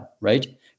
right